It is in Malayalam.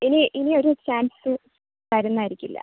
ഇനി ഇനി ഒരു ചാൻസ് തരുന്നതായിരിക്കില്ല